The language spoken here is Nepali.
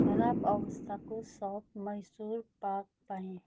खराब अवस्थाको शब मैसोर पाक पाएँ